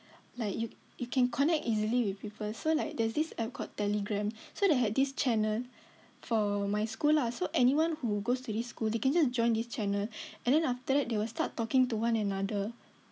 like you you can connect easily with people so like there's this app called Telegram so they had this channel for my school lah so anyone who goes to the school they can just join this channel and then after that they will start talking to one another